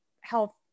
health